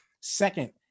Second